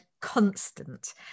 constant